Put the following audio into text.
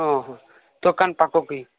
ହଁ ହଁ ଦୋକାନ ପାଖ କିି